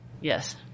Yes